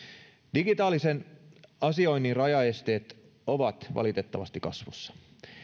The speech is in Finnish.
digitaalisen asioinnin rajaesteet ovat valitettavasti kasvussa